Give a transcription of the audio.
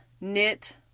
knit